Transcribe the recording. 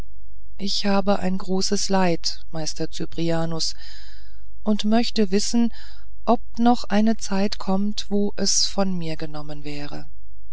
ich habe ein großes leid meister cyprianus und möchte wissen ob noch eine zeit kommt wo es von mir genommen wäre